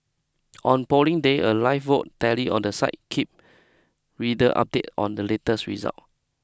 on Polling Day a live vote tally on the site keep reader update on the latest results